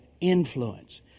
influence